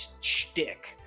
shtick